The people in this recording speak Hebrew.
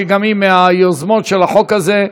גם היא מהיוזמות של החוק הזה.